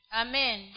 Amen